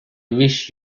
wish